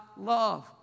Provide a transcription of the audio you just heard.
love